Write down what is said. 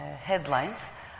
headlines